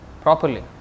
properly